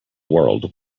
world